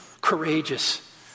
courageous